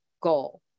goal